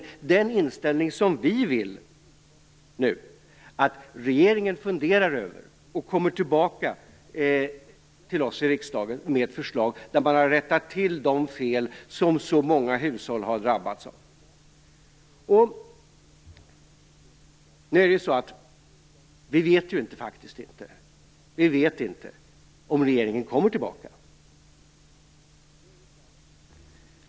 Det är den inställningen som vi nu vill att regeringen funderar över och sedan kommer tillbaka till oss i riksdagen med ett förslag där man har rättat till de fel som så många hushåll har drabbats av. Vi vet inte om regeringen kommer tillbaka.